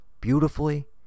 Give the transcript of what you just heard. beautifully